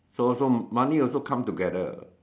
so so money also come together